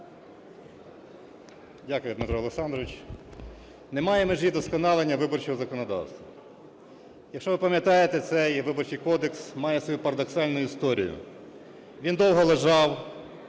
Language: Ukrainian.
Дякую, Дмитро Олександрович. Немає межі вдосконалення виборчого законодавства. Якщо ви пам'ятаєте, цей Виборчий кодекс має свою парадоксальну історію, він довго лежав,